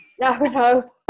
no